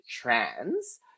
trans